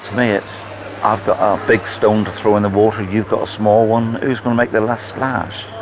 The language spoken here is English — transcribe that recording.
me, it's i've got ah a big stone to throw in the water, you've got a small one, who's going to make the last splash?